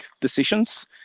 decisions